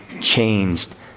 changed